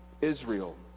Israel